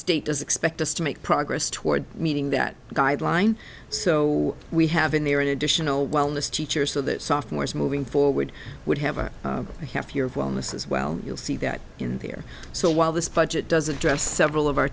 state does expect us to make progress toward meeting that guideline so we have in there an additional wellness teacher so that sophomores moving forward would have a half year of wellness as well you'll see that in here so while this budget does address several of our